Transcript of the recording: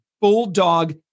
bulldog